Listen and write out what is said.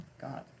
God